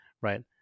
right